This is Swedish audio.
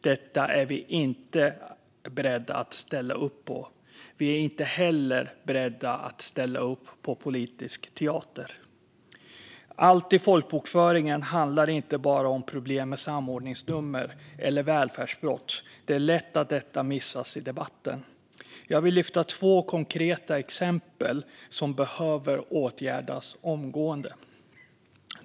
Det är vi inte beredda att ställa upp på. Vi är inte heller beredda att ställa upp på politisk teater. Allt i folkbokföringen handlar inte om problem med samordningsnummer eller om välfärdsbrott. Det är lätt att detta missas i debatten. Jag vill lyfta fram två konkreta exempel på saker som behöver åtgärdas omgående.